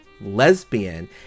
lesbian